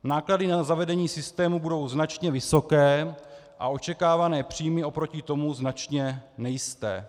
Náklady na zavedení systému budou značně vysoké a očekávané příjmy oproti tomu značně nejisté.